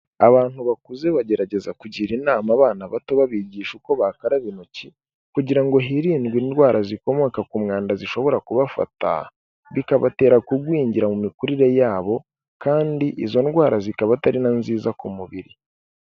Abantu bakuze bagerageza kugira inama abana bato babigisha uko bakaraba intoki, kugira ngo hirindwe indwara zikomoka ku mwanda zishobora kubafata, bikabatera kugwingira mu mikurire yabo, kandi izo ndwara zikaba atari na nziza ku mubiri.